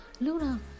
Luna